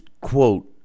quote